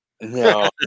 No